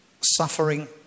suffering